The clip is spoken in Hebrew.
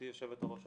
גברתי היושבת-ראש,